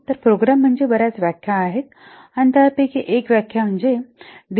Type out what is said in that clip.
तर प्रोग्राम म्हणजे बर्याच व्याख्या आहेत आणि त्यापैकी एक व्याख्या डी